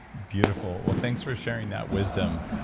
beautiful. well, thanks for sharing that wisdom.